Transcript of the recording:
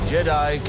Jedi